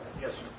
yes